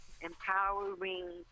empowering